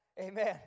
Amen